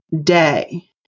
day